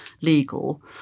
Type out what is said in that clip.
legal